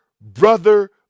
brother